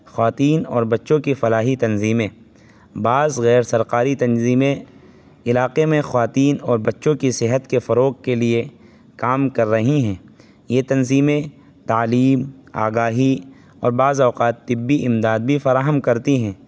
خواتین اور بچوں کی فلاحی تنظیمیں بعض غیر سرکاری تنظیمیں علاقے میں خواتین اور بچوں کی صحت کے فروغ کے لیے کام کر رہی ہیں یہ تنظیمیں تعلیم آگاہی اور بعض اوقات طبی امداد بھی فراہم کرتی ہیں